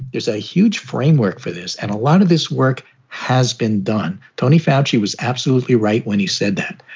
there's a huge framework for this and a lot of this work has been done tony foushee was absolutely right when he said that.